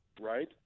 Right